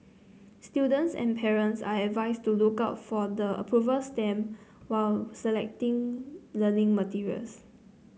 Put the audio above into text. students and parents are advised to look out for the approval stamp while selecting learning materials